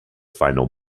final